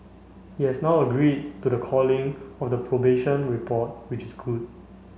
he has now agreed to the calling of the probation report which is good